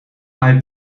bij